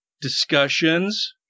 discussions